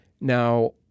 Now